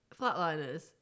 Flatliners